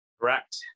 Correct